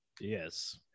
Yes